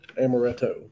Amaretto